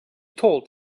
told